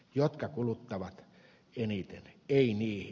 jotka kuluttavat eniten teini